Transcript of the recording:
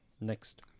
Next